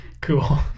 cool